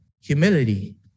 humility